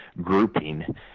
grouping